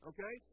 Okay